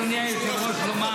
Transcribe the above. אדוני היושב-ראש,